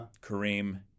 Kareem